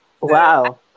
Wow